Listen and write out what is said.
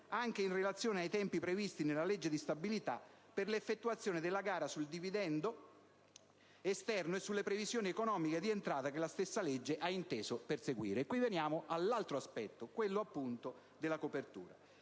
anche in relazione ai tempi previsti nella legge di stabilità per l'effettuazione della gara sul dividendo esterno e sulle previsioni economiche di entrata che la stessa legge ha inteso perseguire. Arriviamo così all'altro aspetto, riguardante la copertura: